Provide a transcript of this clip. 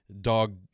dog